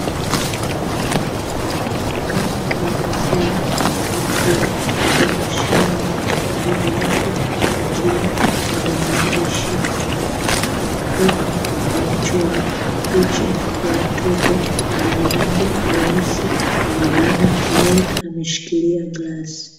Duka la maziwa likiwa na mashine mbele yake likiwa lina maandishi, huku limechorwa picha ya mtoto mwenye rangi nyeusi amebana nywele ameshikilia glasi.